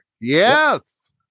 Yes